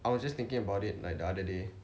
I was just thinking about it like the other day